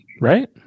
right